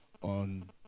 on